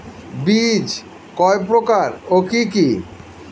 বীজ কয় প্রকার ও কি কি?